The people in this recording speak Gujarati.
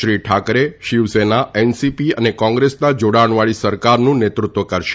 શ્રી ઠાકરે શિવસેના એનસીપી અને કોંગ્રેસના જોડાણવાળી સરકારનું નેતૃત્વ કરશે